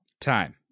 time